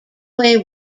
way